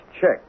check